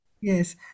Yes